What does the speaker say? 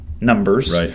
Numbers